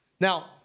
Now